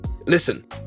listen